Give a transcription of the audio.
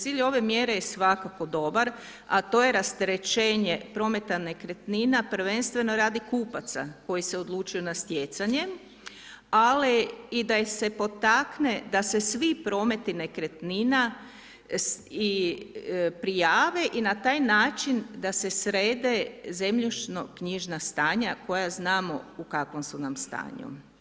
Cilj ove mjere je svakako dobar, a to je rasterećenje prometa nekretnina prvenstveno radi kupaca koji se odlučuju na stjecanje, ali i da je se potakne da se svi prometi nekretnina i prijave i na taj način da se srede zemljišno-knjižna stanja koja znamo u kakvom su nam stanju.